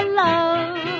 love